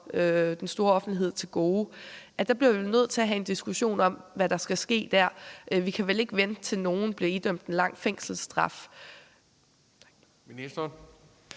den store offentlighed til gode, bliver vi vel nødt til at have en diskussion om, hvad der skal ske. Vi kan vel ikke vente, til nogen bliver idømt en lang fængselsstraf. Kl.